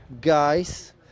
guys